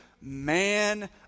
man